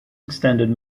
extended